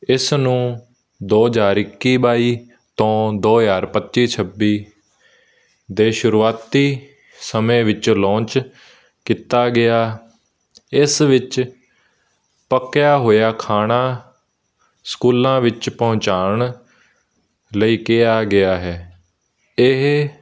ਇਸ ਨੂੰ ਦੋ ਹਜ਼ਾਰ ਇੱਕੀ ਬਾਈ ਤੋਂ ਦੋ ਹਜ਼ਾਰ ਪੱਚੀ ਛੱਬੀ ਦੇ ਸ਼ੁਰੂਆਤੀ ਸਮੇਂ ਵਿੱਚ ਲਾਂਚ ਕੀਤਾ ਗਿਆ ਇਸ ਵਿੱਚ ਪੱਕਿਆ ਹੋਇਆ ਖਾਣਾ ਸਕੂਲਾਂ ਵਿੱਚ ਪਹੁੰਚਾਉਣ ਲਈ ਕਿਹਾ ਗਿਆ ਹੈ ਇਹ